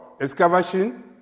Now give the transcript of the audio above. excavation